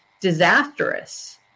disastrous